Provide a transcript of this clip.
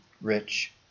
rich